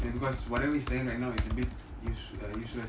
because whatever you say like you know exhibit is useless